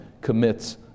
commits